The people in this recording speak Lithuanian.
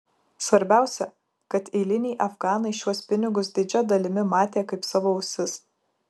svarbiausia kad eiliniai afganai šiuos pinigus didžia dalimi matė kaip savo ausis